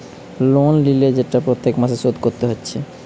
loan লিলে সেটা প্রত্যেক মাসে শোধ কোরতে হচ্ছে